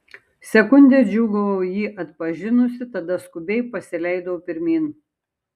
sekundę džiūgavau jį atpažinusi tada skubiai pasileidau pirmyn